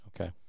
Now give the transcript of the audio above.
Okay